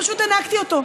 פשוט הינקתי אותו.